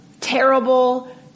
terrible